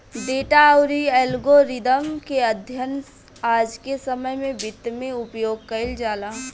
data अउरी algorithm के अध्ययन आज के समय में वित्त में उपयोग कईल जाला